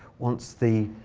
once the